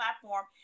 platform